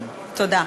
תודה.